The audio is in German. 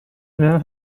innen